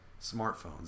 smartphones